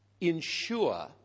ensure